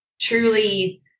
truly